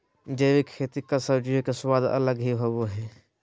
जैविक खेती कद सब्जियों के स्वाद अलग ही होबो हइ